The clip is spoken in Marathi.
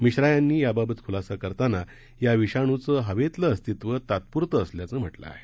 मिश्रा यांनी याबाबत ख्लासा करताना या विषाणूचं हवेतलं अस्तित्व तात्प्रतं असल्याचं म्हटलं आहे